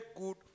good